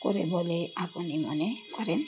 করে বলে আপনি মনে করেন